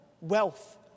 wealth